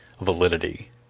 validity